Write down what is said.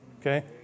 Okay